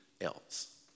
else